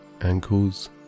ankles